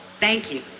thank you.